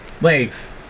Wave